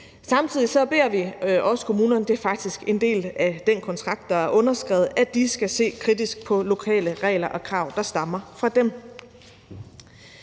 kontrakt, der er underskrevet – at se kritisk på lokale regler og krav, der stammer fra dem.